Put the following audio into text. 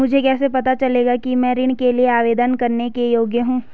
मुझे कैसे पता चलेगा कि मैं ऋण के लिए आवेदन करने के योग्य हूँ?